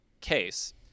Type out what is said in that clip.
case